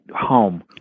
home